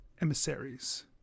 emissaries